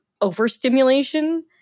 overstimulation